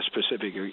specific